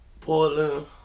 Portland